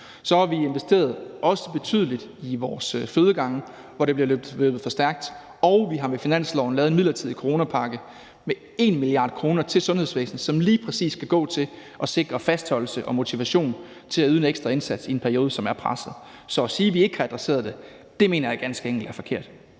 har vi investeret betydeligt i vores fødegange, hvor der bliver løbet stærkt, og vi har med finansloven lavet en midlertidig coronapakke på 1 mia. kr. til sundhedsvæsenet, som lige præcis skal gå til at sikre fastholdelse og motivation til at yde en ekstra indsats i en periode, som er presset. Så at sige, at vi ikke har adresseret det, mener jeg ganske enkelt er forkert.